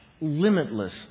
limitless